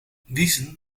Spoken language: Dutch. wiezen